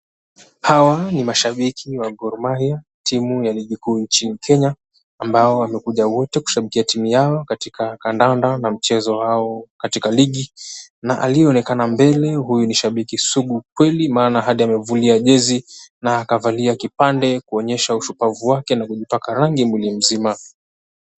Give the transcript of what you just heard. Hawa ni mashabiki wa Gor Mahia, timu ya ligi kuu nchini Kenya, ambao wamekuja 𝑤𝑜𝑡𝑒 kushabikia timu yao katika kandanda na mchezo wao katika ligi. Na aliyeonekana mbele, huyu ni shabiki sugu kweli, maana hadi amevulia jezi na akavalia kipande, kuonyesha ushupavu wake na kujipaka rangi mwili mzima.